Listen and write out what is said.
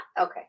Okay